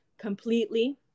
completely